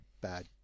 bad